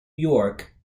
york